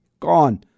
Gone